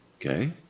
Okay